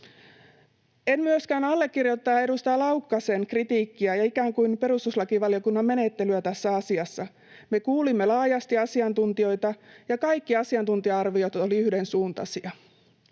En myöskään allekirjoita edustaja Laukkasen kritiikkiä ikään kuin perustuslakivaliokunnan menettelystä tässä asiassa. Me kuulimme laajasti asiantuntijoita, ja kaikki asiantuntija-arviot olivat yhdensuuntaisia.